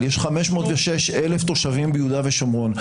יש 506,000 תושבים ביהודה ושומרון.